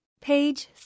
Page